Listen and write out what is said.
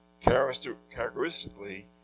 Characteristically